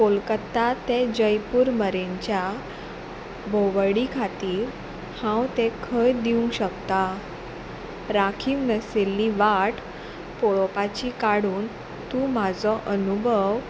कोलकत्ता ते जयपूर मरेनच्या भोंवडी खातीर हांव तें खंय दिवंक शकता राखीव नसिल्ली वाट पळोवपाची काडून तूं म्हाजो अनुभव